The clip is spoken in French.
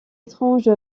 étrange